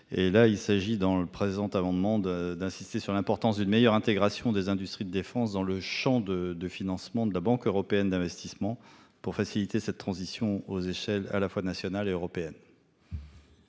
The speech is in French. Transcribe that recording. de la BITD. Nous souhaitons insister sur l'importance d'une meilleure intégration des industries de défense dans le champ du financement de la Banque européenne d'investissement pour faciliter cette transition aux échelles nationale et européenne.